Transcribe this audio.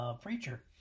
preacher